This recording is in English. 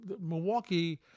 Milwaukee